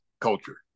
culture